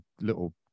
little